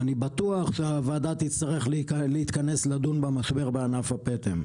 אני לא יודע מה תעשה; אני מכיר את מערכת הלחצים.